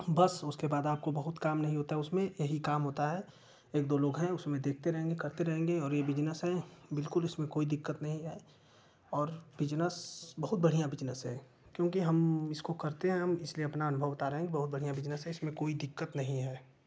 बस उसके बाद आपको बहुत काम नहीं होता उसमें यही काम होता है एक दो लोग हैं उसमें देखते रहेंगे करते रहेंगे और यह बिज़नेस है बिल्कुल इसमें कोई दिक्कत नहीं है और बिज़नेस बहुत बढ़ियाँ बिज़नेस है क्योंकि हम इसको करते हैं इसलिए अपना अनुभव बता रहे हैं बहुत बढ़ियाँ बिज़नेस है इसमें कोई दिक्कत नहीं है